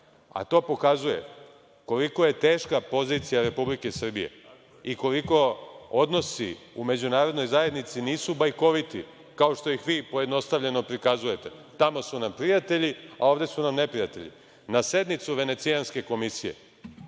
a to pokazuje koliko je teška pozicija Republike Srbije i koliko odnosi u međunarodnoj zajednici nisu bajkoviti kao što ih vi pojednostavljeno prikazujete, tamo su nam prijatelji a ovde su nam neprijatelji, na sednicu Venecijanske komisije